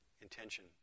intention